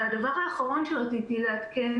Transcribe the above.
הדבר האחרון שרציתי לעדכן,